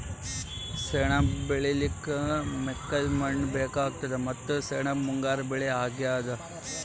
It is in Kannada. ಸೆಣಬ್ ಬೆಳಿಲಿಕ್ಕ್ ಮೆಕ್ಕಲ್ ಮಣ್ಣ್ ಬೇಕಾತದ್ ಮತ್ತ್ ಸೆಣಬ್ ಮುಂಗಾರ್ ಬೆಳಿ ಅಗ್ಯಾದ್